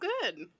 good